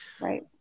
right